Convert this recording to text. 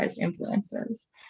influences